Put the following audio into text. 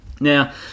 Now